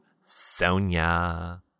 Sonia